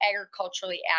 agriculturally